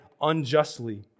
unjustly